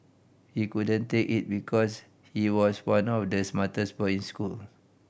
he couldn't take it because he was one of the smartest boy in school